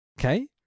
Okay